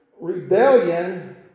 rebellion